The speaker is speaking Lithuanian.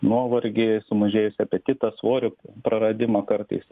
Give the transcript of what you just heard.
nuovargį sumažėjusį apetitą svorio praradimą kartais